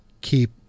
keep